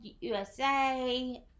USA